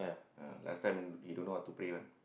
ah last time he don't know what to pray one